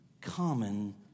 common